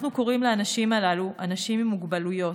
אנחנו קוראים לאנשים הללו אנשים עם מוגבלויות.